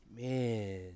man